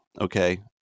okay